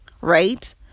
right